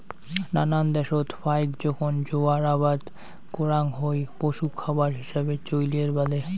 নানান দ্যাশত ফাইক জোখন জোয়ার আবাদ করাং হই পশু খাবার হিছাবে চইলের বাদে